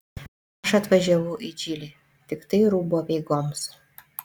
aš atvažiavau į džilį tiktai rūbų apeigoms